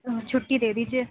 چھٹی دے دیجیے